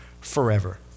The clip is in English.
forever